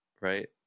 right